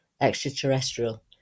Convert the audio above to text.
extraterrestrial